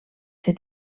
ser